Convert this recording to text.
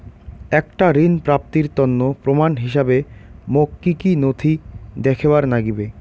একটা ঋণ প্রাপ্তির তন্ন প্রমাণ হিসাবে মোক কী কী নথি দেখেবার নাগিবে?